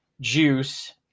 juice